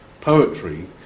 poetry